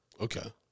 Okay